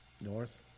north